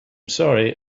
sorry